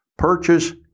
Purchase